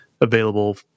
available